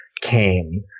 came